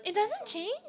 it doesn't change